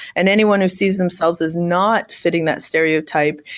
and anyone who sees themselves as not fitting that stereotype,